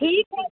ठीक है